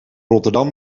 rotterdam